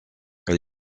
elle